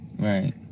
Right